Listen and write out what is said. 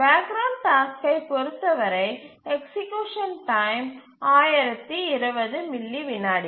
back ground டாஸ்க்கை பொறுத்தவரை execution time 1020 மில்லி விநாடி